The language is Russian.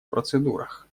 процедурах